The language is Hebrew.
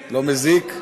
לא מזיק.